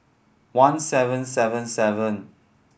one seven seven seven